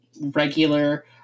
regular